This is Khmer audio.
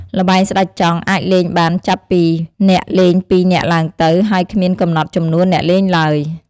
ល្បែងស្តេចចង់អាចលេងបានចាប់ពីអ្នកលេងពីរនាក់ឡើងទៅ ហើយគ្មានកំណត់ចំនួនអ្នកលេងឡើយ។